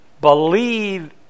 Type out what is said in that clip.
believe